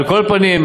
על כל פנים,